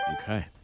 Okay